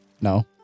No